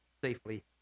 safely